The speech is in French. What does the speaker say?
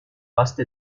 vaste